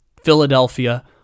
Philadelphia